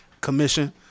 commission